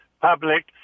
public